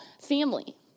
family